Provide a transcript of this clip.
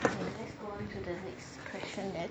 okay let's go on to the next question then